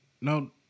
No